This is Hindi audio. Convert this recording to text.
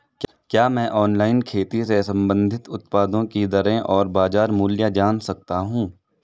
क्या मैं ऑनलाइन खेती से संबंधित उत्पादों की दरें और बाज़ार मूल्य जान सकता हूँ?